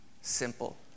simple